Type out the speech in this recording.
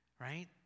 right